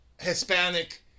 Hispanic